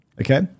Okay